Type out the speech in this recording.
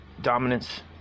dominance